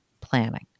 planning